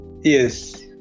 Yes